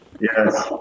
Yes